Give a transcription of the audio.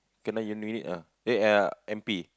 K-nine u~ unit ah eh ah N_P